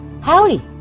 Howdy